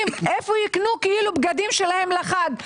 איפה הם יקנו לילדים בגדים לחג?